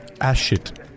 Ashit